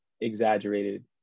exaggerated